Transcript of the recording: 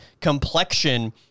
complexion